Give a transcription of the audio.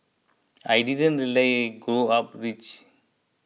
I didn't really grow up rich